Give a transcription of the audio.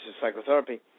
psychotherapy